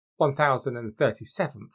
1037th